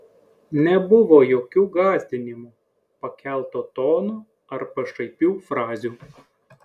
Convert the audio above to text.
nebuvo jokių gąsdinimų pakelto tono ar pašaipių frazių